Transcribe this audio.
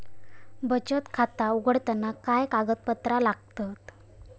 बचत खाता उघडताना काय कागदपत्रा लागतत?